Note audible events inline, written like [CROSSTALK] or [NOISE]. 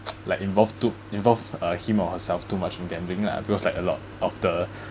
[NOISE] like involve too involve uh him or herself too much on gambling lah because like a lot of the [BREATH]